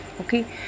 okay